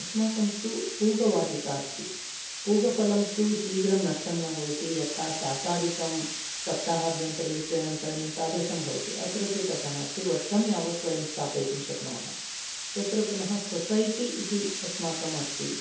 अस्माकं तु पूगवाटिका अस्ति पूगफलं तु शीघ्रं नष्टं न भवति यथा शाकादिकं सप्ताहाभ्यन्तरे विक्रयणं करणीयं तादृशं भवति अत्र तु तथा नास्ति वर्षं यावत् वयं स्थापयितुं शक्नुमः तत्र पुनः सोसैटि इति अस्माकम् अस्ति